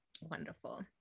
wonderful